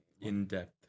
in-depth